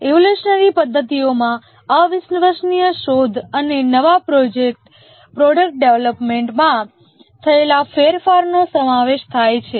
evolutionary પદ્ધતિઓ માં અવિશ્વસનીય શોધ અને નવા પ્રોડક્ટ ડેવલપમેન્ટ માં થયેલા ફેરફાર નો સમાવેશ થાય છે